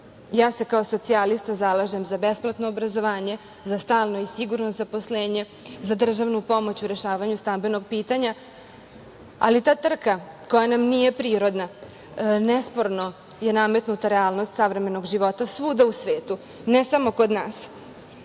se kao socijalista zalažem za besplatno obrazovanje, za stalno i sigurno zaposlenje, za državnu pomoć u rešavanju stambenog pitanja. Ali, ta trka, koja nam nije prirodna, nesporno je nametnuta realnost savremenog života svuda u svetu, ne samo kod nas.